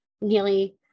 nearly